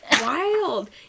Wild